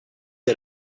est